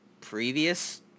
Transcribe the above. previous